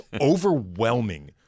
overwhelming